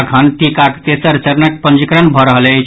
अखन टीकाक तेसर चरणक पंजीकरण भऽ रहल अछि